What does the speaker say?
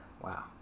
Wow